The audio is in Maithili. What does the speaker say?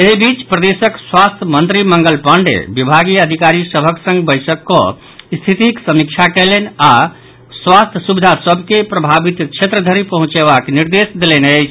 एहि बीच प्रदेशक स्वास्थ्य मंत्री मंगल पांडेय विभागीय अधिकारी सभक संग बैसक कऽ स्थितिक समीक्षा कयलनि आओर स्वास्थ्य सुविधा सभ के प्रभावित क्षेत्र धरि पहुंचेबाक निर्देश देलनि अछि